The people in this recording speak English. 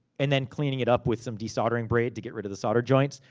and then cleaning it up with some de-soldering braid, to get rid of the solder joints.